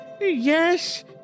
Yes